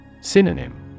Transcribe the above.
Synonym